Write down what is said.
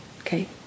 okay